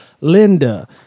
Linda